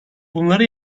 bunları